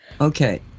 Okay